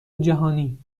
جهانی